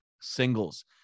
singles